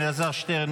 אלעזר שטרן,